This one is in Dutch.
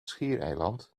schiereiland